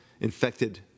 infected